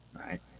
Right